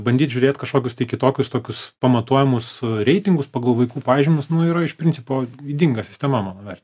bandyt žiūrėt kažkokius tai kitokius tokius pamatuojamus a reitingus pagal vaikų pažymius nu yra iš principo ydinga sistema mano vertinimu